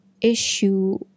issue